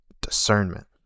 discernment